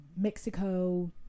Mexico